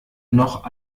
noch